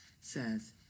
says